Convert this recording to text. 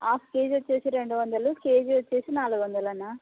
half KG వచ్చేసి రెండు వందలు కేజీ వచ్చేసి నాలుగు వందలన్న